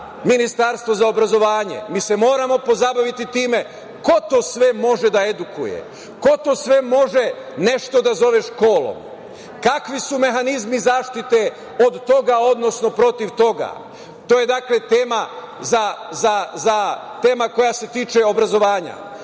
Ministarstvo obrazovanja. Mi se moramo pozabaviti time ko to sve može da edukuje, ko to sve može nešto da zoveš školom, kakvi su mehanizmi zaštite od toga, odnosno protiv toga. To je tema koja se tiče obrazovanja,